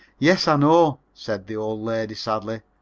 yes, i know, said the old lady, sadly,